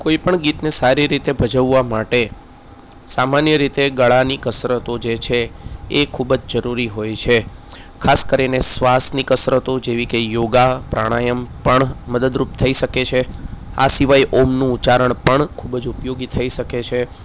કોઈ પણ ગીતને સારી રીતે ભજવવા માટે સામાન્ય રીતે ગળાની કસરતો જે છે એ ખૂબ જ જરૂરી હોય છે ખાસ કરીને શ્વાસની કસરતો જેવી કે યોગા પ્રાણાયમ પણ મદદરૂપ થઈ શકે છે આ સિવાય ઓમનું ઉચ્ચારણ પણ ખૂબ જ ઉપયોગી થઈ શકે છે